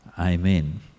Amen